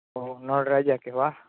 તો નળ રાજા કે વાહ